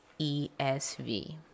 ESV